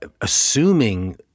assuming-